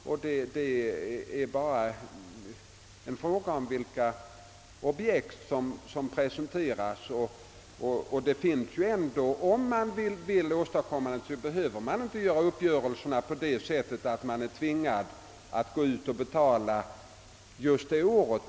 Om de objekt som presenteras anses tillräckligt meningsfulla kan pengar anvisas. Det finns ju också andra tillvägagångssätt. Uppgörelser som sammanhänger med dessa ärenden behöver givetvis inte göras på det sättet att pengarna måste betalas ut samma år.